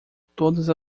todas